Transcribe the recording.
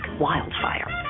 wildfire